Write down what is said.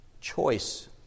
choice